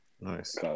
Nice